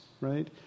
right